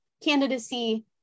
candidacy